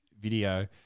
video